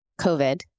COVID